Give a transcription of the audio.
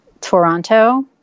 toronto